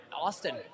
Austin